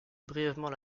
brièvement